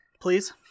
please